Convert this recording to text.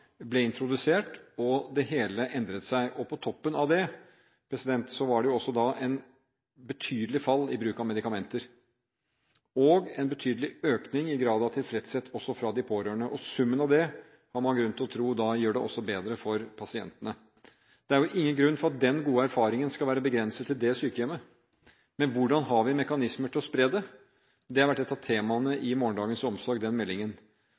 ble introdusert – og det hele endret seg. På toppen av det var det jo også et betydelig fall i bruk av medikamenter og en betydelig økning i grad av tilfredshet også hos de pårørende. Summen av det har man grunn til å tro gjør det også bedre for pasientene. Det er jo ingen grunn til at den gode erfaringen skal være begrenset til det sykehjemmet. Men hvordan har vi mekanismer til å spre det? Det har vært et av temaene i den meldingen,